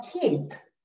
kids